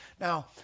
Now